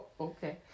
Okay